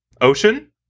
Ocean